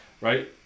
right